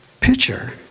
picture